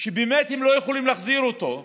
שהם באמת לא יכולים להחזיר אותו,